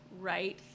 right